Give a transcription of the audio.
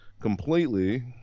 completely